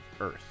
Earth